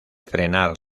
frenar